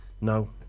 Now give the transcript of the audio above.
No